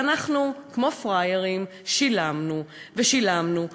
ואנחנו כמו פראיירים שילמנו ושילמנו ושילמנו.